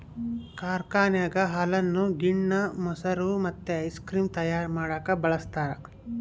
ಕಾರ್ಖಾನೆಗ ಹಾಲನ್ನು ಗಿಣ್ಣ, ಮೊಸರು ಮತ್ತೆ ಐಸ್ ಕ್ರೀಮ್ ತಯಾರ ಮಾಡಕ ಬಳಸ್ತಾರ